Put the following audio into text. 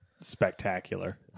spectacular